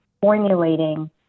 formulating